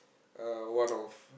uh one of